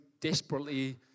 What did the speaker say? desperately